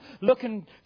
looking